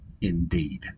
indeed